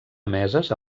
emeses